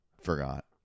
forgot